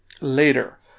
later